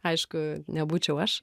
aišku nebūčiau aš